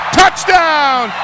touchdown